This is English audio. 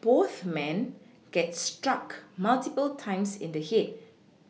both men get struck multiple times in the head